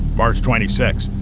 march twenty six,